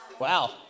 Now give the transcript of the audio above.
Wow